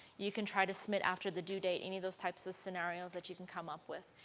you can try to submit after the due date any of those types of scenarios that you can come up with.